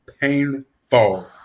painful